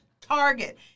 target